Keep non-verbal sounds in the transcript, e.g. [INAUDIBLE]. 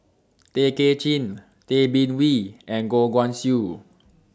[NOISE] Tay Kay Chin Tay Bin Wee and Goh Guan Siew